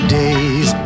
days